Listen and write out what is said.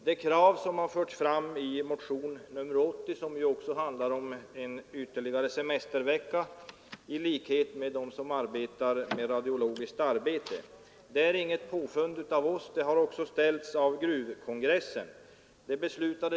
Det krav som har förts fram i motionen 80 om ytterligare en semestervecka för gruvarbetare liksom för dem som arbetar med radiologiskt arbete är inget påfund av oss, utan det har ställts av Gruvkongressen.